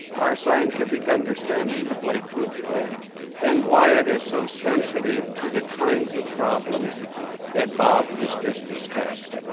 our scientific understanding of lake hovsgol and why it is so sensitive to the kinds of problems that bob has just discussed.